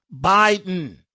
Biden